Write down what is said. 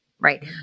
Right